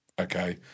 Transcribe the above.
okay